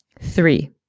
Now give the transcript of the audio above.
Three